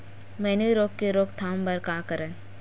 मैनी रोग के रोक थाम बर का करन?